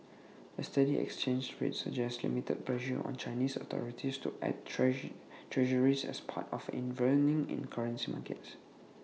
A steady exchange rate suggests limited pressure on Chinese authorities to add treasure Treasuries as part of intervening in currency markets